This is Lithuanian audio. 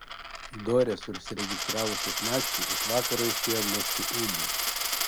dorės užsiregistravusios nakčiai iš vakaro išėjo mesti ūdų